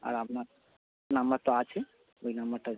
আর আপনার নম্বর তো আছেই ওই নম্বরটা